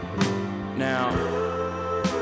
Now